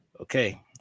Okay